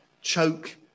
choke